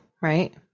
right